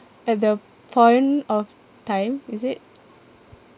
at the point of time is it